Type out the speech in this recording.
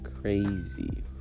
crazy